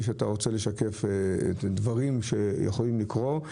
שאתה רוצה לשקף דברים שיכולים לקרות.